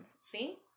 see